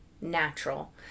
natural